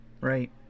right